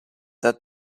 that